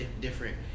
different